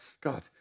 God